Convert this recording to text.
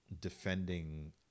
defending